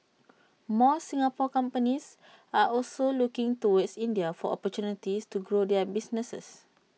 more Singapore companies are also looking towards India for opportunities to grow their businesses